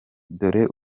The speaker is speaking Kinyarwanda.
dore